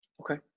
Okay